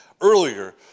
earlier